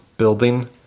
building